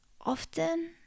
Often